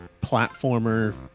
platformer